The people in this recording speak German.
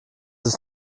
ist